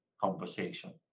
conversation